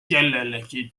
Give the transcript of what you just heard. kellelegi